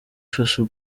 faso